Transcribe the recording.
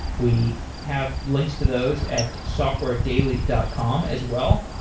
we have links to those at softwaredaily dot com as well.